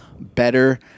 better